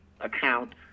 account